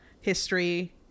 history